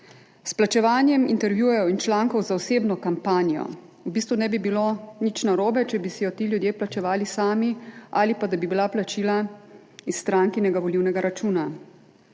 S plačevanjem intervjujev in člankov za osebno kampanjo v bistvu ne bi bilo nič narobe, če bi si jo ti ljudje plačevali sami ali pa da bi bila plačila iz strankinega volilnega računa.